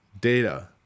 data